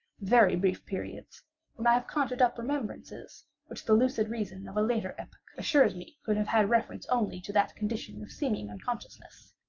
very brief periods when i have conjured up remembrances which the lucid reason of a later epoch assures me could have had reference only to that condition of seeming unconsciousness.